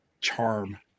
charm